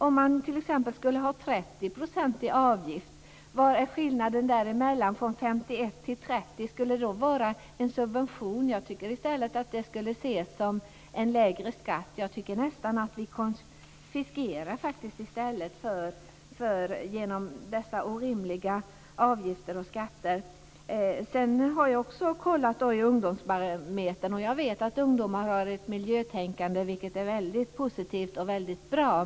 Om man t.ex. skulle ha 30 % i avgift, vad är skillnaden mellan 51 och 30? Skulle det vara en subvention? Jag tycker i stället att det skulle ses som en lägre skatt. Jag tycker nästan att vi konfiskerar genom dessa orimliga avgifter och skatter. Jag har också kollat i Ungdomsbarometern och vet att ungdomar har ett miljötänkande, vilket är väldigt positivt och bra.